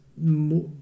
more